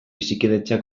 bizikidetza